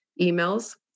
emails